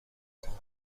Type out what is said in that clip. کنم